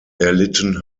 erlitten